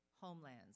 homelands